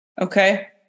Okay